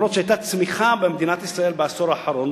אף-על-פי שהיתה צמיחה במדינת ישראל בעשור האחרון,